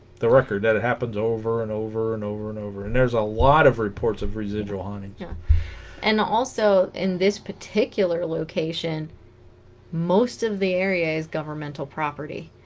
the record that happens over and over and over and over and there's a lot of reports of residual hauntings yeah and also in this particular location most of the area is governmental property